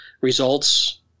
results